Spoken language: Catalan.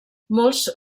molts